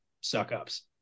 suck-ups